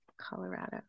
Colorado